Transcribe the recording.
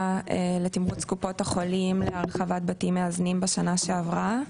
לתמרץ קופות החולים להרחבת בתים מאזנים בשנה שעברה,